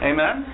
Amen